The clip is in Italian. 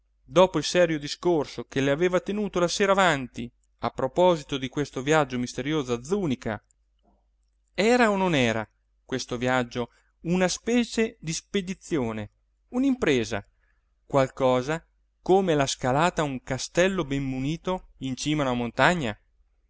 dopo il serio discorso che le aveva tenuto la sera avanti a proposito di questo viaggio misterioso a zùnica era o non era questo viaggio una specie di spedizione un'impresa qualcosa come la scalata a un castello ben munito in cima a una montagna